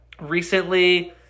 recently